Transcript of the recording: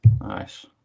nice